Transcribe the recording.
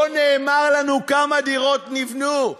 לא נאמר לנו כמה דירות נבנו.